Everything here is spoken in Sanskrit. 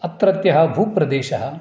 अत्रत्यः भूप्रदेशः